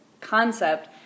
concept